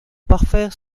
parfaire